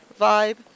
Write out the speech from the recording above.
vibe